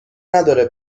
نداره